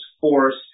force